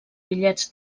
bitllets